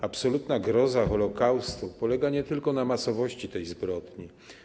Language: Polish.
Absolutna groza Holokaustu polega nie tylko na masowości tej zbrodni.